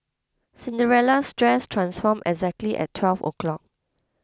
Cinderella's dress transformed exactly at twelve o'clock